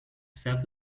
self